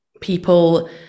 people